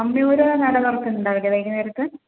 അമ്മിയൂര് നട തുറക്കുന്നുണ്ടാവില്ലേ വൈകുന്നേരത്ത്